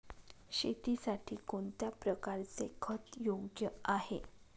शेतीसाठी कोणत्या प्रकारचे खत योग्य आहे?